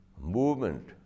movement